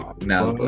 Now